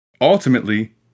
ultimately